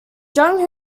jung